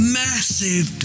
massive